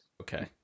Okay